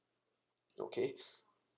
okay